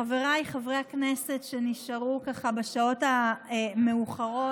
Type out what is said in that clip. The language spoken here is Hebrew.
חבריי חברי הכנסת שנשארו בשעות המאוחרות,